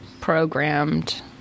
programmed